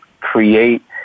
create